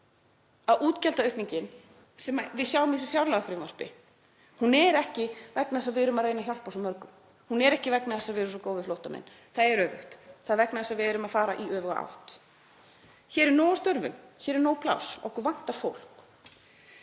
það að útgjaldaaukningin sem við sjáum í þessu fjárlagafrumvarpi er ekki vegna þess að við erum að reyna að hjálpa mörgum. Hún er ekki vegna þess að við erum svo góð við flóttamenn, það er öfugt, það er vegna þess að við erum að fara í öfuga átt. Hér er nóg af störfum, hér er nóg pláss og okkur vantar fólk.